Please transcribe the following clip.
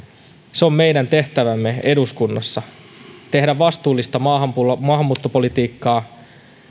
se on meidän tehtävämme eduskunnassa tehdä vastuullista maahanmuuttopolitiikkaa